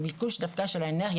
הביקוש דווקא של האנרגיה,